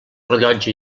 rellotge